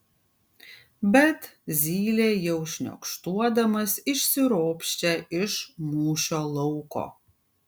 bet zylė jau šniokštuodamas išsiropščia iš mūšio lauko